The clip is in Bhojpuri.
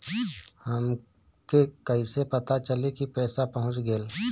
हमके कईसे पता चली कि पैसा पहुच गेल?